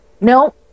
No